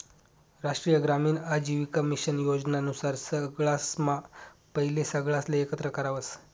राष्ट्रीय ग्रामीण आजीविका मिशन योजना नुसार सगळासम्हा पहिले सगळासले एकत्र करावस